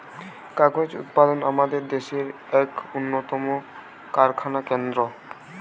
কাগজ উৎপাদন আমাদের দেশের এক উন্নতম কারখানা কেন্দ্র